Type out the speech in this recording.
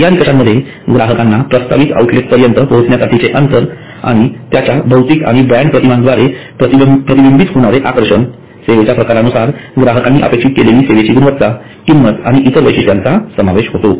या निकषांमध्ये ग्राहकांना प्रस्तावित आउटलेट पर्यंत पोहचण्यासाठीचे अंतर आणि त्याच्या भौतिक आणि ब्रँड प्रतिमेद्वारे प्रतिबिंबित होणारे आकर्षण सेवेच्या प्रकारानुसार ग्राहकांनी अपेक्षित केलेली सेवेची गुणवत्ता किंमत आणि इतर वैशिष्ट्यांचा समावेश होतो